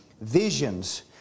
visions